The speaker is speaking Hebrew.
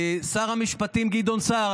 שר המשפטים גדעון סער,